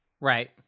Right